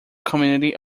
community